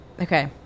Okay